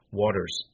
waters